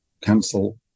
cancel